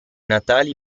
natali